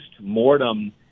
mortem